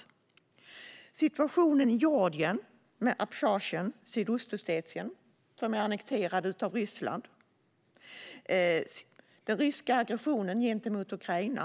En annan fråga rör situationen i Georgien, med Abchazien och Sydossetien som är annekterade av Ryssland, och en tredje fråga som diskuterats är den ryska aggressionen gentemot Ukraina.